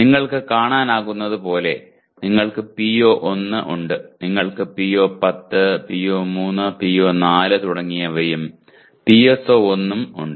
നിങ്ങൾക്ക് കാണാനാകുന്നതുപോലെ നിങ്ങൾക്ക് PO1 ഉണ്ട് നിങ്ങൾക്ക് PO10 PO3 PO4 തുടങ്ങിയവയും PSO1 ഉം ഉണ്ട്